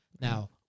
Now